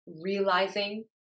realizing